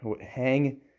Hang